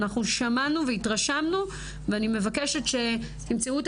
אנחנו שמענו והתרשמנו ואני מבקשת שתמצאו את